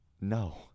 No